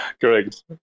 correct